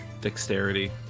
Dexterity